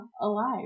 alive